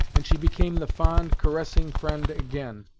and she became the fond caressing friend again.